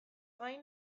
gain